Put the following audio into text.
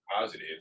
positive